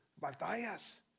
batallas